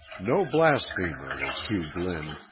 no blasphemer was hugh glynn,